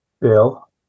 Bill